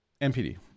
MPD